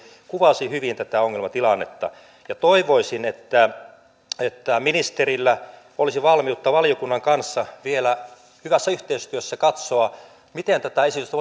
kuvasi hyvin tätä ongelmatilannetta toivoisin että että ministerillä olisi valmiutta valiokunnan kanssa vielä hyvässä yhteistyössä katsoa miten tätä esitystä